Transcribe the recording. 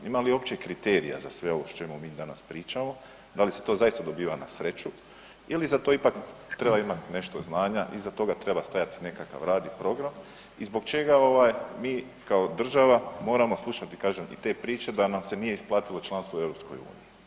Ima li uopće kriterija za sve ovo o čemu mi danas pričamo, da li se to zaista dobiva na sreću ili za to ipak treba imat nešto znanja, iza toga treba stajat nekakav rad i program i zbog čega ovaj mi kao država moramo slušati, kažem, i te priče da nam se nije isplatilo članstvo u EU?